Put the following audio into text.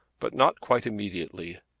but not quite immediately.